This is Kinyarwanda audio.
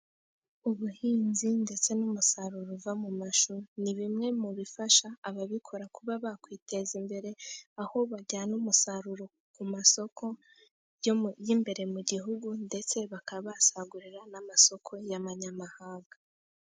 Ubuhinzi ndetse n'umusaruro uva mu mashu, ni bimwe mu bifasha ababikora kuba bakwiteza imbere, aho bajyana umusaruro ku masoko y'imbere mu gihugu, ndetse bakaba basagurira n'amasoko y'amanyamahanga.